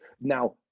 Now